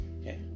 Okay